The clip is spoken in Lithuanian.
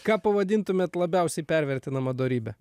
ką pavadintumėt labiausiai pervertinama dorybe